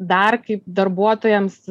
dar kaip darbuotojams